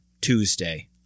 Tuesday